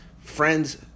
friends